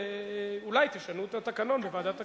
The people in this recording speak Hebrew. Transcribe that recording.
אולי תשנו את התקנון בוועדת הכנסת,